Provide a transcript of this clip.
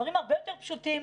דברים הרבה יותר פשוטים,